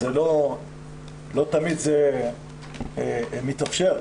לא תמיד זה מתאפשר.